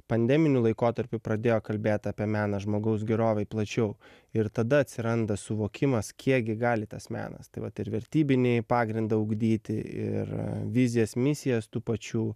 pandeminiu laikotarpiu pradėjo kalbėt apie meną žmogaus gerovei plačiau ir tada atsiranda suvokimas kiekgi gali tas menas tai vat ir vertybinį pagrindą ugdyti ir vizijas misijas tų pačių